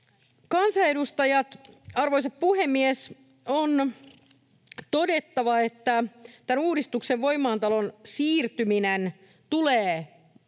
kansanedustajat, arvoisa puhemies, on todettava, että tämän uudistuksen voimaantulon siirtyminen tulee